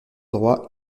droit